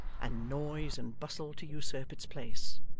and noise and bustle to usurp its place.